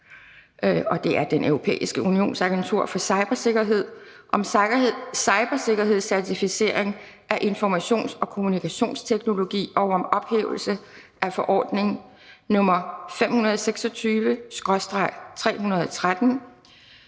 ENISA (Den Europæiske Unions Agentur for Cybersikkerhed), om cybersikkerhedscertificering af informations- og kommunikationsteknologi og om ophævelse af forordning (EU) nr. 526/313